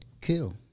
kill